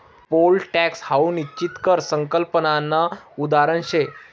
pole tax हाऊ निश्चित कर संकल्पनानं उदाहरण शे